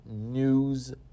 news